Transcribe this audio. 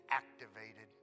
activated